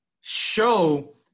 show